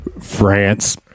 France